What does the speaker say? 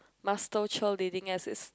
master cheerleading as it's